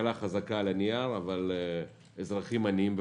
כלכלה חזקה על הנייר אבל אזרחים עניים בפועל,